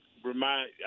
remind